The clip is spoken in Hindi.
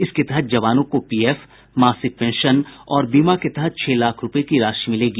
इसके तहत जवानों को पीएफ मासिक पेंशन और बीमा के तहत छह लाख रूपये की राशि मिलेगी